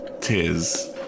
Tis